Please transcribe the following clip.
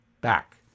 Back